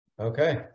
Okay